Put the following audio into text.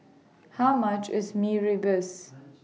How much IS Mee Rebus